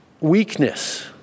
weakness